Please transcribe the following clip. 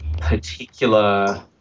particular